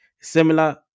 Similar